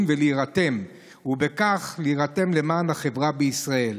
ולהירתם ובכך להירתם למען החברה בישראל,